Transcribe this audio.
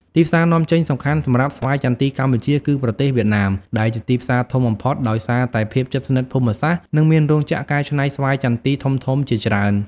ទីផ្សារនាំចេញសំខាន់សម្រាប់ស្វាយចន្ទីកម្ពុជា គឺប្រទេសវៀតណាម ដែលជាទីផ្សារធំបំផុត ដោយសារតែភាពជិតស្និទ្ធភូមិសាស្ត្រ និងមានរោងចក្រកែច្នៃស្វាយចន្ទីធំៗជាច្រើន។